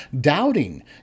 doubting